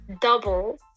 double